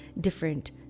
different